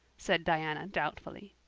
said diana doubtfully.